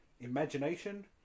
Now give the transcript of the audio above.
Imagination